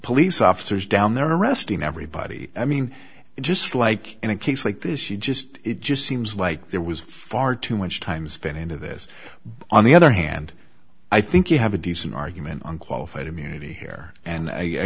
police officers down there arresting everybody i mean just like in a case like this you just it just seems like there was far too much time spent into this but on the other hand i think you have a decent argument on qualified immunity here and i